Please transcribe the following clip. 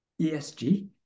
ESG